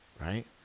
Right